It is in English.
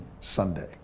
Sunday